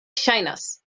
ŝajnas